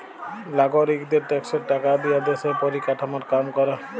লাগরিকদের ট্যাক্সের টাকা দিয়া দ্যশের পরিকাঠামর কাম ক্যরে